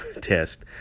test